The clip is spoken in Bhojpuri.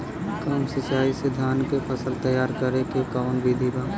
कम सिचाई में धान के फसल तैयार करे क कवन बिधि बा?